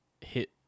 hit